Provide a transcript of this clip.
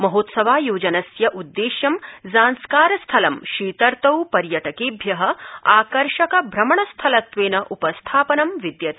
महोत्सवायोजनस्य उद्देश्यं ज़ान्स्कार स्थलं शीतर्तौ पर्यटकेभ्य आकर्षक भ्रमणस्थलत्वेन उपस्थापनं विदयते